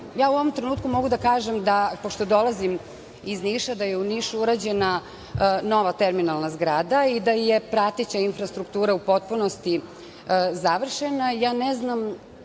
ovom trenutku mogu da kažem, pošto dolazim iz Niša da je u Nišu urađena nova terminalna zgrada i da je prateća infrastruktura u potpunosti završena.